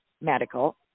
Medical